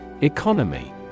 Economy